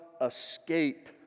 escape